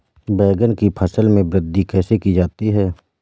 बैंगन की फसल में वृद्धि कैसे की जाती है?